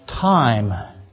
Time